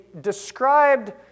described